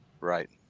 right